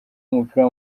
w’umupira